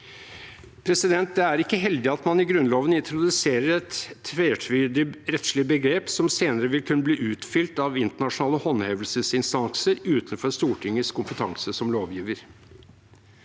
utforming. Det er ikke heldig at man i Grunnloven introduserer et tvetydig rettslig begrep som senere vil kunne bli utfylt av internasjonale håndhevelsesinstanser utenfor Stortingets kompetanse som lovgiver.